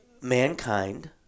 mankind